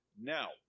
Now